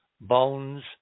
Bones